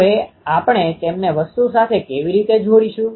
હવે આપણે તેમને વસ્તુ સાથે કેવી રીતે જોડીશું